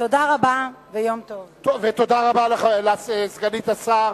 תודה לכל צוות לשכתי.